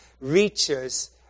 reaches